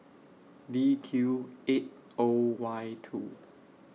D Q eight O Y two